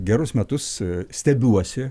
gerus metus stebiuosi